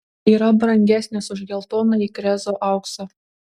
yra brangesnis už geltonąjį krezo auksą